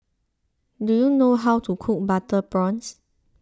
do you know how to cook Butter Prawns